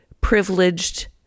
privileged